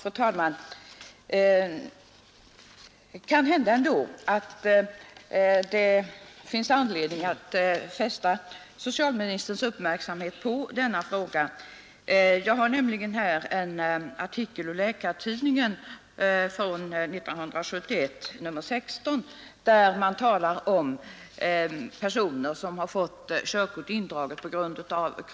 Fru talman! Kanhända att det ändå finns anledning att fästa socialministerns uppmärksamhet på denna fråga. Jag har nämligen här en artikel ur Läkartidningen från 1971, nr 16, där det talas om personer som fått körkort indragna på grund av sjukdom.